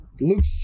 Luke